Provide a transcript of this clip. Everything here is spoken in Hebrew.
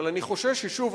אבל אני חושש ששוב,